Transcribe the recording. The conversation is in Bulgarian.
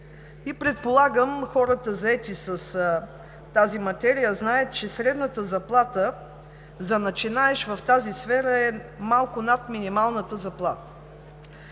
Предполагам, че хората, заети с тази материя, знаят, че средната заплата за начинаещ в тази сфера е малко над минималната заплата.